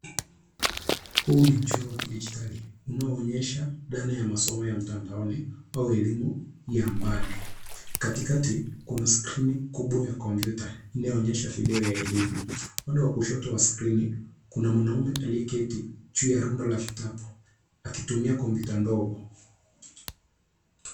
Huu ni mchoro wa kidijitali unaoonyesha dhana ya masomo ya mtandaoni au elimu ya mbali. Katikati, kuna skrini kubwa ya kompyuta inayoonyesha video ya elimu. Upande wa kushoto wa skrini, kuna mwanaume aliyeketi juu ya rundo la vitabu akitumia kompyuta ndogo.